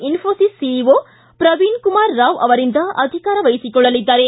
Infosys CEO Praveen Kumar Rao ಅವರಿಂದ ಅಧಿಕಾರ ವಹಿಸಿಕೊಳ್ಳಲಿದ್ದಾರೆ